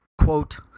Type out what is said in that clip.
quote